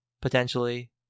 potentially